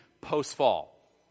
post-fall